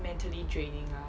mentally draining lah